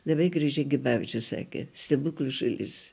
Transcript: labai gražiai gibavičius sakė stebuklų šalis